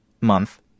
Month